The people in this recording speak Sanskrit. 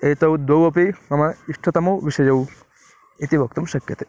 एतौ द्वौ अपि मम इष्टतमौ विषयौ इति वक्तुं शक्यते